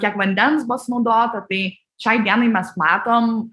kiek vandens buvo sunaudota tai šiai dienai mes matom